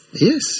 Yes